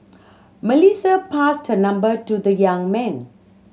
Melissa passed her number to the young man